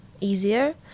easier